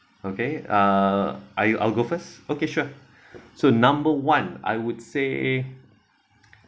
okay uh I I'll go first okay sure so number one I would say